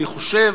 אני חושב,